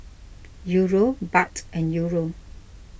Euro Baht and Euro